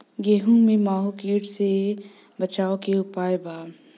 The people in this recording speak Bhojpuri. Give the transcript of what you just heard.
गेहूँ में माहुं किट से बचाव के का उपाय बा?